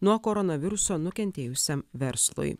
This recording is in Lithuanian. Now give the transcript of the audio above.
nuo koronaviruso nukentėjusiam verslui